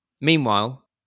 Meanwhile